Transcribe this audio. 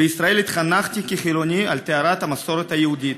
בישראל התחנכתי כחילוני על טהרת המסורת היהודית.